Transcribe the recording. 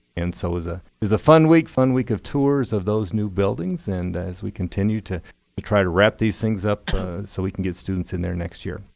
and so it was ah a fun week, fun week of tours of those new buildings, and as we continue to to try to wrap these things up so we can get students in there next year.